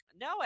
no